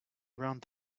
around